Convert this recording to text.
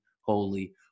holy